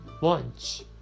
lunch